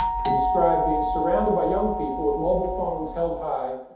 who describe being surrounded by young people with mobile phones held high,